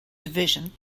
division